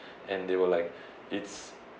and they were like it's